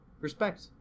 Respect